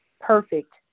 perfect